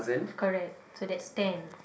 correct so that's ten